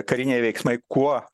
kariniai veiksmai kuo